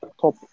top